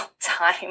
time